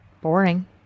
boring